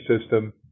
system